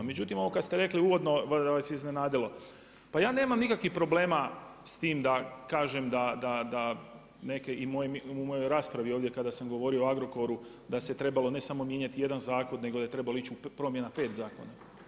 Međutim, ovo kada ste rekli uvodno, da vas je iznenadilo, pa ja nemam nikakvih problema, s tim da kažem da neke i u mojoj raspravi kada sam govorio o Agrokoru, da se trebalo ne samo mijenjati jedan zakon, nego da je trebalo ići u promjena 5 zakona.